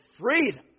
freedom